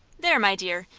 there, my dear,